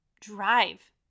drive